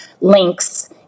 links